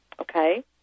okay